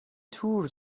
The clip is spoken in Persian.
تور